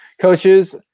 coaches